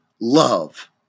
love